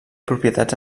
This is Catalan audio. propietats